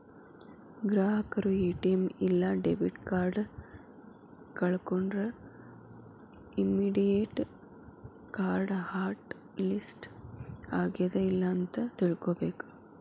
ಗ್ರಾಹಕರು ಎ.ಟಿ.ಎಂ ಇಲ್ಲಾ debit card ಕಳ್ಕೊಂಡ್ರ ಇಮ್ಮಿಡಿಯೇಟ್ ಕಾರ್ಡ್ ಹಾಟ್ ಲಿಸ್ಟ್ ಆಗ್ಯಾದ ಇಲ್ಲ ಅಂತ ತಿಳ್ಕೊಬೇಕ್